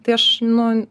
tai aš nu